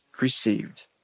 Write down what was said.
received